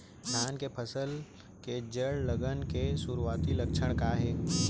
धान के फसल के जड़ गलन के शुरुआती लक्षण का हे?